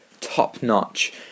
top-notch